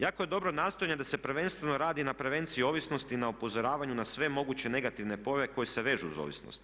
Jako je dobro nastojanje da se prvenstveno radi na prevenciji ovisnosti na upozoravanju na sve moguće negativne pore koje se vežu uz ovisnost.